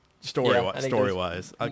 story-wise